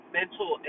mental